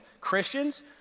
Christians